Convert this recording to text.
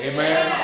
Amen